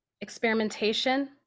experimentation